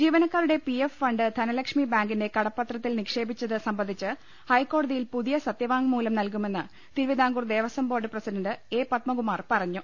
ജീവനക്കാരുടെ P F fund Dhanalakshmi ബാങ്കിന്റെ കടപ്പ ത്രത്തിൽ നിക്ഷേപിച്ചത് സംബന്ധിച്ച് ഹൈക്കോടതിയിൽ പുതിയ സത്യവാങ്മൂലം നൽകുമെന്ന് തിരുവിതാംകൂർ ദേവസ്വം പ്രസിഡന്റ് എ പത്മകുമാർ പറഞ്ഞു